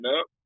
up